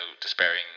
despairing